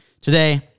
today